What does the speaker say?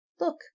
look